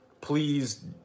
please